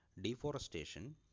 deforestation